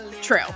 True